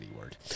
word